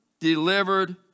delivered